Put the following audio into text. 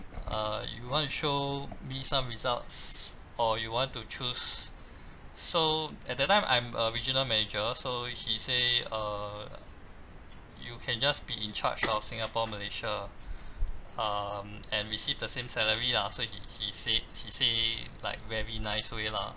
uh you want to show me some results or you want to choose so at that time I'm a regional manager so he say err you can just be in charge of singapore malaysia um and receive the same salary lah so he he say he say like very nice way lah